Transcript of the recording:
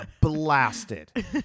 blasted